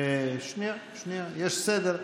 שנייה, יש סדר.